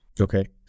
Okay